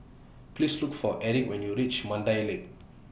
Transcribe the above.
Please Look For Erick when YOU REACH Mandai Lake